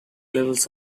levels